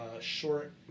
short